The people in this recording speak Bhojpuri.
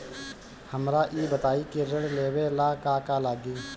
हमरा ई बताई की ऋण लेवे ला का का लागी?